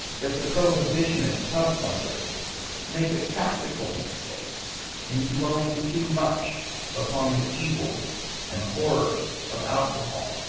that the prohibitionist tub-thumpers make a tactical mistake in dwelling too much upon the evils and horrors of alcohol,